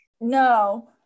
No